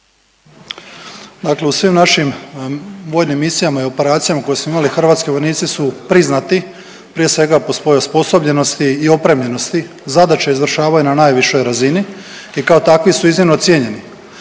Dakle u svim našim vojnim misijama i operacijama koje smo imali hrvatski vojnici su priznati prije svega po svojoj osposobljenosti i opremljenosti, zadaće izvršavaju na najvišoj razini i kao takvi su iznimno cijenjeni.